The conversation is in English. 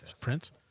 Prince